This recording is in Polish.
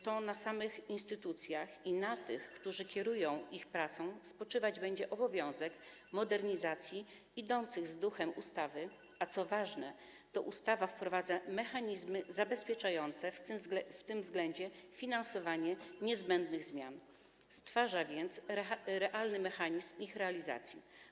To na instytucjach i na tych, którzy kierują ich pracą, spoczywać będzie obowiązek modernizacji idących z duchem ustawy, a co ważne, to ustawa wprowadza mechanizmy zabezpieczające w tym względzie finansowanie niezbędnych zmian, stwarza więc realny mechanizm ich realizacji.